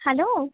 hello